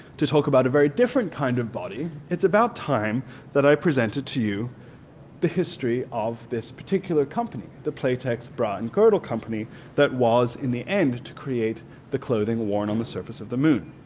to talk about a very different kind of body it's about time that i presented to you the history of this particular company the playtex bra and girdle company that was in the end to create the clothing worn on the surface of the moon.